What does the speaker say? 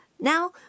Now